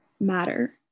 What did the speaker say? matter